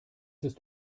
ist